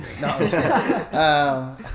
No